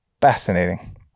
fascinating